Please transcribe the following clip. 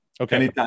Okay